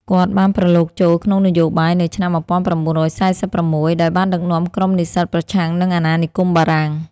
គាត់ បានប្រឡូកចូលក្នុងនយោបាយ នៅឆ្នាំ១៩៤៦ ដោយបានដឹកនាំក្រុមនិស្សិតប្រឆាំងនឹងអាណានិគមបារាំង។